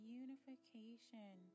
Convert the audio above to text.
unification